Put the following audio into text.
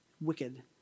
wicked